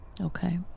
Okay